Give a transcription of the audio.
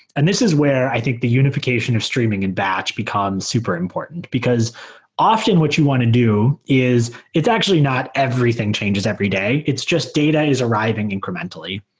and this is where i think the unification of streaming and batch becomes super important, because often what you want to do is it's actually not everything changes every day. it's just data is arriving incrementally,